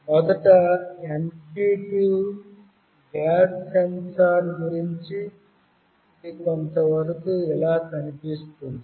మొదట MQ2 gas sensor గురించి ఇది కొంతవరకు ఇలా కనిపిస్తుంది